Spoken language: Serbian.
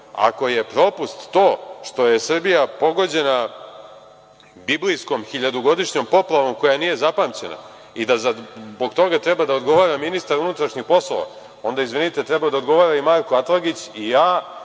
Ako je propust to što je Srbija pogođena biblijskom hiljadugodišnjom poplavom koja nije zapamćena i da zbog toga treba da odgovara ministar unutrašnjih poslova, onda izvinite, trebao je da odgovara i Marko Atlagić i ja